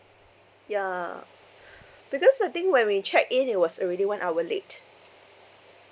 ya because I think when we checked in it was already one hour late